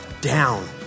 down